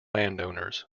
landowners